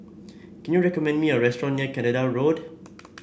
can you recommend me a restaurant near Canada Road